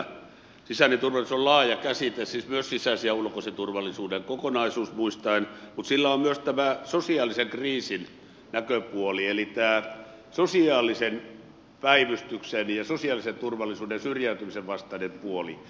sisäinen turvallisuus on laaja käsite siis myös sisäisen ja ulkoisen turvallisuuden kokonaisuus muistaen mutta sillä on myös tämä sosiaalisen kriisin näköpuoli eli tämä sosiaalisen päivystyksen ja sosiaalisen turvallisuuden puoli ja syrjäytymisen vastainen puoli